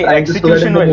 execution